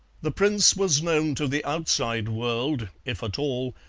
the prince was known to the outside world, if at all,